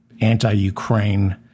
anti-Ukraine